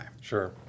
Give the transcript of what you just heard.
Sure